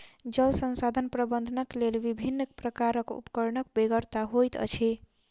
जल संसाधन प्रबंधनक लेल विभिन्न प्रकारक उपकरणक बेगरता होइत अछि